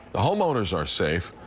the homeowners are safe,